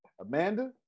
Amanda